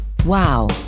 Wow